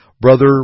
Brother